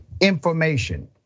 information